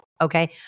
Okay